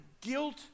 guilt